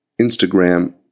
Instagram